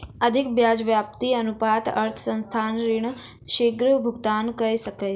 अधिक ब्याज व्याप्ति अनुपातक अर्थ संस्थान ऋण शीग्र भुगतान कय सकैछ